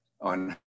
on